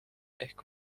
ehk